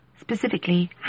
specifically